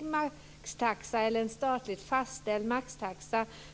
då med en statligt fastställd maxtaxa?